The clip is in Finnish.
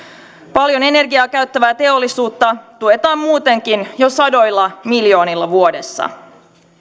paljon energiaa käyttävää teollisuutta tuetaan muutenkin jo sadoilla miljoonilla vuodessa